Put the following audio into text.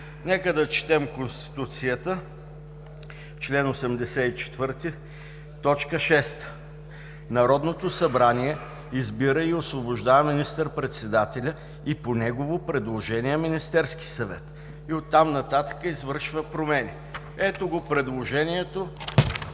Нека да четем чл. 84, т. 6 на Конституцията: „Народното събрание избира и освобождава министър-председателя и по негово предложение Министерския съвет.“ И оттам нататък извършва промени. Ето го предложението